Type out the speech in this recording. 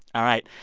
all right.